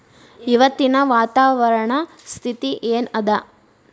ಇವತ್ತಿನ ವಾತಾವರಣ ಸ್ಥಿತಿ ಏನ್ ಅದ?